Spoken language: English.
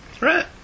Right